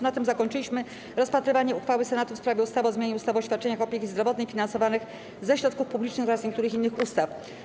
Na tym zakończyliśmy rozpatrywanie uchwały Senatu w sprawie ustawy o zmianie ustawy o świadczeniach opieki zdrowotnej finansowanych ze środków publicznych oraz niektórych innych ustaw.